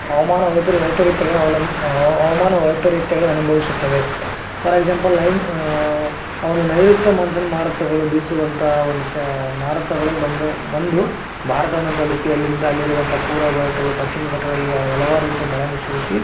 ಹವಮಾನ ವೈಪರಿ ವೈಪರಿತ್ಯಗಳನ್ನು ಅವಲಂ ಹವ ಹವಮಾನ ವೈಪರಿತ್ಯಗಳನ್ನು ಅನುಭವಿಸುತ್ತದೆ ಫಾರ್ ಎಕ್ಸಾಂಪಲ್ ನೈನ್ ಒಂದು ನೈರುತ್ಯ ಮಾನ್ಸೂನ್ ಮಾರುತಗಳು ಬೀಸುವಂತ ಒಂದು ಚಾ ಮಾರುತಗಳು ಬಂದ ಬಂದು ಭಾರತವನ್ನು ತಲುಪಿ ಅಲ್ಲಿಂದ ಅಲ್ಲಿರುವಂತ ಪೂರ್ವ ಬೆಟ್ಟಗಳು ಪಶ್ಚಿಮ ಘಟ್ಟಗಳಲ್ಲಿ ಹಲವಾರು ರೀತಿಯ ಮಳೆಯನ್ನು ಸುರಿಸಿ